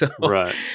right